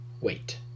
wait